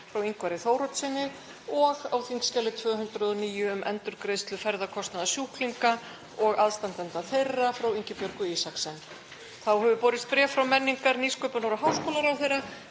frá Ingvari Þóroddssyni, og á þskj. 209, um endurgreiðslur ferðakostnaðar sjúklinga og aðstandenda þeirra, frá Ingibjörgu Isaksen. Þá hefur borist bréf frá menningar-, nýsköpunar- og háskólaráðherra